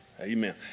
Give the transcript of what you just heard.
Amen